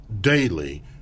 daily